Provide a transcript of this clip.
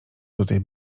tutaj